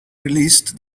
released